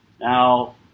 Now